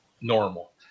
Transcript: normal